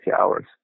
hours